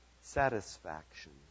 Satisfaction